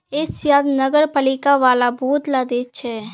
एशियात नगरपालिका वाला बहुत ला देश छे